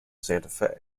santa